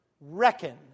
reckon